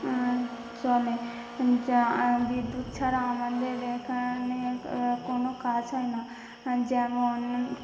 চলে যা বিদ্যুৎ ছাড়া আমাদের এখানে কোনো কাজ হয় না যেমন